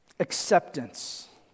Acceptance